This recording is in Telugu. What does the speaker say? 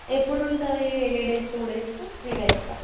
ఎప్పుడు ఉంటుంది ఎన్ని డేస్ టూ డేసు త్రీ నైట్సా